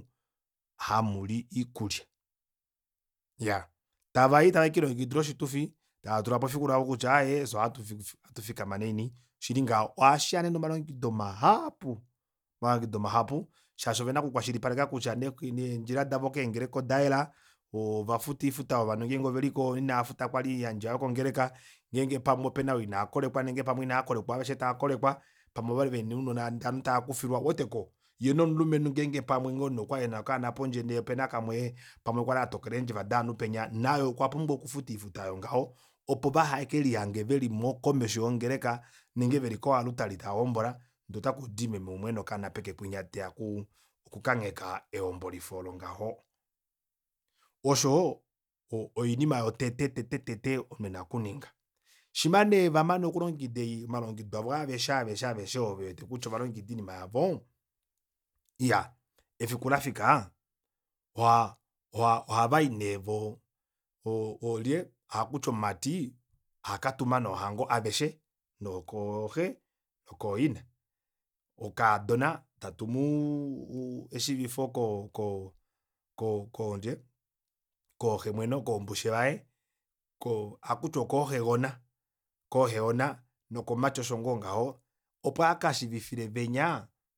Hamuli iikulya iyaa tavai tave kiilongekidila oshitufi taatulapo efiku lavo kutya aaye fyee ohatufi fi- fi fikama naini iya ohashiya nee nomalongekido mahaapu omalongekido mahapu shaashi ovena oku kwashilipaleka kutya neendjila davo keengeleka odayela ovafuta oifuta yovanhu ngenge oveliko ngeenge oveliko ina futa kwali iiyandjwa yokongeleka ngeenge pamwe opena oo ina kolekwa ngeenge pamwe opena oo ina kolekwa kwali takolekwa pamwe ovali vena ounona ndee ovanhu tava kufilwa ouweteko yee nomulumenhu ngenge pamwe okwali ena okaana pondje ndee opena kamwe pamwe kwali atokola eendjeva dovanhu penya naye okwa pumbwa okufuta oifuta aayo ngaho opo vehekelihange veli komesho yongeleka nenge veli kohalutali taahombola ndee otakudi meme umwe ena okaana pekekunya teya oku kangheka ehombolifo olo ngaho osho oinima yotete tete omunhu ena okuninga shima nee vamane okulongekida omalongekido avo avesha aveshe ovo vewete kutya ovalongekida oinima yavo iya efiku lafika oha oha ohavayi nee voo o- o olye ohakuti omumati ohaka tuma nee ohango aveshe nokooxe nokoina okaadona tatumu eshiivifo ko- ko ko- kolye kooxe mweno kombushe waye koo ohakuti okooxe gona kohehona nokomumati osho ngoo ngaho opo aka shiivifile venya